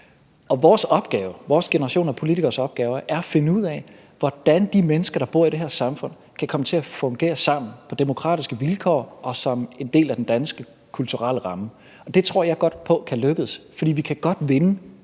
Vores opgave, vores generation af politikeres opgave, er at finde ud af, hvordan de mennesker, der bor i det her samfund, kan komme til at fungere sammen på demokratiske vilkår og som en del af den danske kulturelle ramme. Det tror jeg godt på kan lykkes, fordi vi kan godt vinde